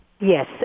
Yes